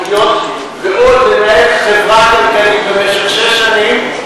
ועוד לנהל חברה כלכלית במשך שש שנים,